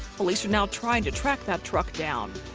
police are now trying to track that truck down.